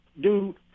dude